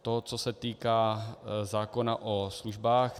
To, co se týká zákona o službách.